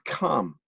come